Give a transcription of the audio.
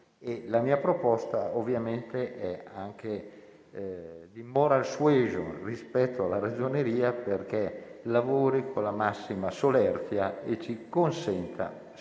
La mia proposta è ovviamente anche di *moral suasion* rispetto alla Ragioneria, affinché lavori con la massima solerzia e ci consenta - speriamo